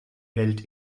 welt